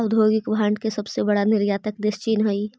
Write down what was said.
औद्योगिक भांड के सबसे बड़ा निर्यातक देश चीन हई